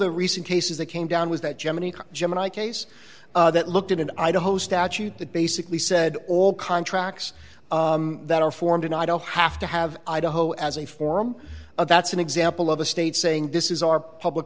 the recent cases that came down was that gemini gemini case that looked at an idaho statute that basically said all contracts that are formed and i don't have to have idaho as a form of that's an example of a state saying this is our public